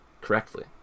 correctly